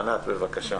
ענת, בבקשה.